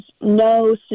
no